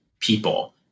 people